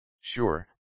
Sure